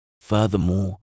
Furthermore